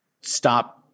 stop